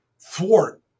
thwart